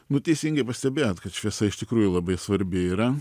nu teisingai pastebėjot kad šviesa iš tikrųjų labai svarbi yra